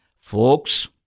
Folks